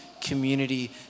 community